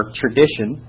tradition